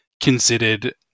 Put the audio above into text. considered